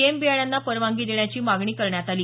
M बियाण्यांना परवानगी देण्याची मागणी करण्यात आली